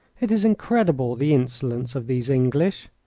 it is incredible the insolence of these english!